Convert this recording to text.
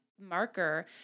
marker